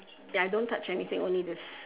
ya don't touch anything only this